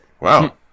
Wow